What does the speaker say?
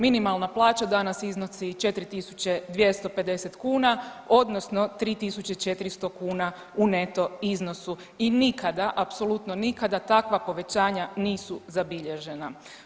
Minimalna plaća danas iznosi 4.250 kuna odnosno 3.400 kuna u neto iznosu i nikada, apsolutno nikada takva povećanja nisu zabilježena.